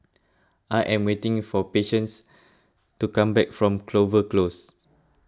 I am waiting for Patience to come back from Clover Close